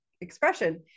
expression